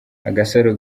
agasaro